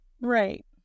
Right